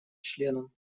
членам